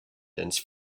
dense